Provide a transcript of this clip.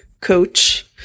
coach